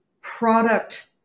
product